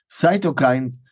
cytokines